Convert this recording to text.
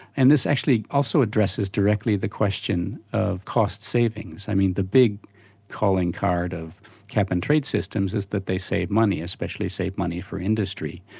and this actually also addresses directly the question of cost savings. i mean the big calling card of cap and trade systems is that they save money especially save money for industry.